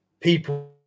people